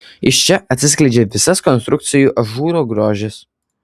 iš čia atsiskleidžia visas konstrukcijų ažūro grožis